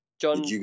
John